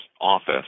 office